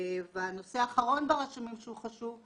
הנושא האחרון ברישומים שהוא חשוב,